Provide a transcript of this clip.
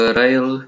rail